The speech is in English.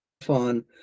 fun